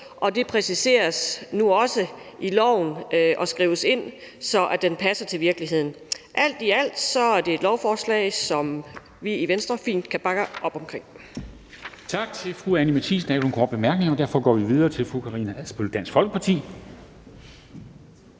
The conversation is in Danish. og det præciseres nu også i loven og skrives ind, så det passer til virkeligheden. Alt i alt er det et lovforslag, som vi i Venstre fint kan bakke op omkring.